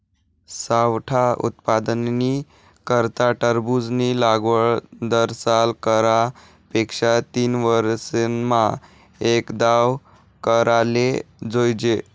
सावठा उत्पादननी करता टरबूजनी लागवड दरसाल करा पेक्षा तीनवरीसमा एकदाव कराले जोइजे